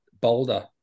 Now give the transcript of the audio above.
Boulder